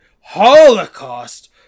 Holocaust